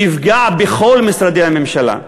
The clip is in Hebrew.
שיפגע בכל משרדי הממשלה,